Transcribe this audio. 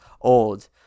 old